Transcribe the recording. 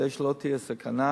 כדי שלא תהיה סכנה,